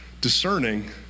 discerning